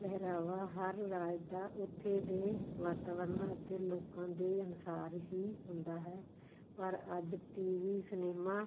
ਪਹਿਰਾਵਾ ਹਰ ਰਾਜ ਦਾ ਉੱਥੇ ਦੇ ਵਾਤਾਵਰਨ ਅਤੇ ਲੋਕਾਂ ਦੇ ਅਨੁਸਾਰ ਹੀ ਹੁੰਦਾ ਹੈ ਪਰ ਅੱਜ ਟੀ ਵੀ ਸਿਨੇਮਾ